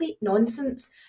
nonsense